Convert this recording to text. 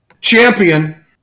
Champion